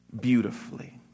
beautifully